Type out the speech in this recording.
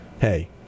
hey